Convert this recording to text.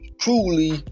truly